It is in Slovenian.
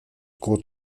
kod